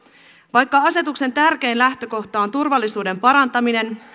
vaikka asetuksen tärkein lähtökohta on turvallisuuden parantaminen